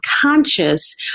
conscious